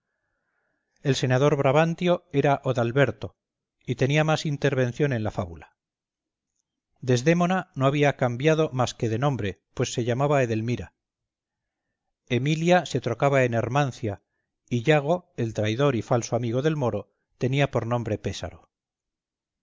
el senador brabantio era odalberto y tenía más intervención en la fábula desdémona no había cambiado más que de nombre pues se llamaba edelmira emilia se trocaba en hermancia y yago el traidor y falso amigo del moro tenía por nombre pésaro